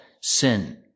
sin